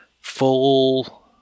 full